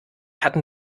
hatten